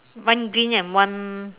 one green and one